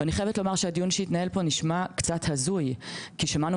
אני חייבת לומר שהדיון שהתנהל פה נשמע קצת הזוי כי שמענו